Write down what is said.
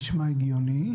נשמע הגיוני.